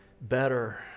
better